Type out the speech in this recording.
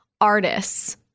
artists